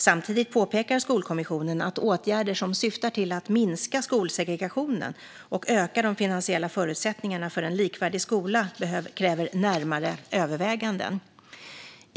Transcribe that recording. Samtidigt påpekar Skolkommissionen att åtgärder som syftar till att minska skolsegregationen och öka de finansiella förutsättningarna för en likvärdig skola kräver närmare överväganden.